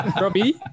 Robbie